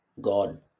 God